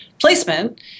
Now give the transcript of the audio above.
placement